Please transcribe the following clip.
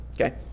Okay